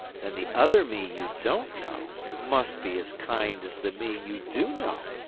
then the other me you don't know must be as kind as the me you do know?